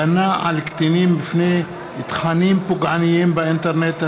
הגנה על קטינים בפני תכנים פוגעניים באינטרנט),